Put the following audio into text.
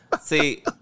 See